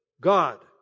God